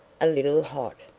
a little hot.